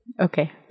Okay